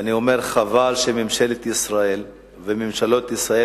ואני אומר: חבל שממשלת ישראל וממשלות ישראל